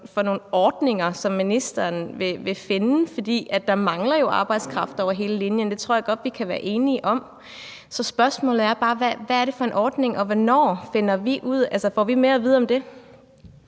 for nogle ordninger, som ministeren vil finde? For der mangler jo arbejdskraft over hele linjen. Det tror jeg godt vi kan være enige om. Så spørgsmålet er bare, hvad det er for en ordning. Får vi mere at vide om det?